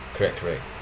correct correct